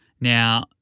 Now